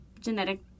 genetic